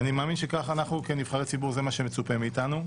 ואני מאמין שכנבחרי ציבור זה מה שמצופה מאיתנו.